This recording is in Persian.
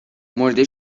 مرده